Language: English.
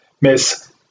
Miss